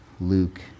Luke